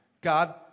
God